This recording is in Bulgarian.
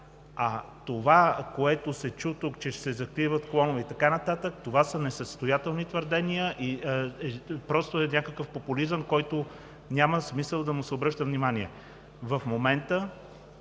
А това, което се чу тук – че ще се закриват клонове и така нататък, са несъстоятелни твърдения. Просто е някакъв популизъм, на който няма смисъл да се обръща внимание. В момента